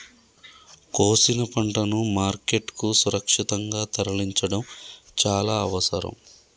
కోసిన పంటను మార్కెట్ కు సురక్షితంగా తరలించడం చాల అవసరం